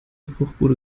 bruchbude